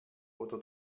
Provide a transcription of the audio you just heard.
oder